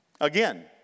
Again